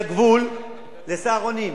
מהגבול ל"סהרונים",